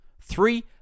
Three